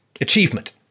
achievement